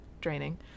draining